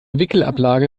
wickelablage